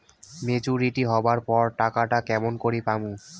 Maturity হবার পর টাকাটা কেমন করি পামু?